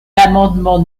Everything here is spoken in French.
l’amendement